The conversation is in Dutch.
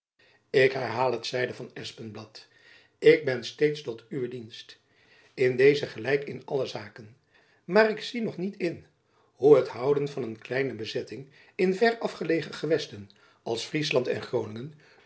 ik herhaal het zeide van espenblad ik ben steeds tot uwe dienst in deze gelijk in alle zaken maar ik zie nog niet in hoe het houden van een kleine bezetting in verafgelegen gewesten als